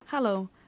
Hello